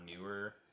newer